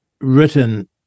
written